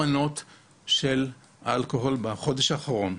של אלכוהול בחודש האחרון.